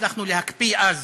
הצלחנו להקפיא אז